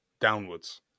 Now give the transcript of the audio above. downwards